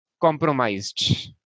compromised